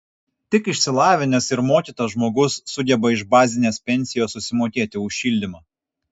tik išsilavinęs ir mokytas žmogus sugeba iš bazinės pensijos susimokėti už šildymą